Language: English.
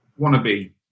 wannabe